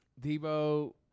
Debo